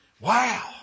Wow